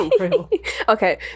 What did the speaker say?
Okay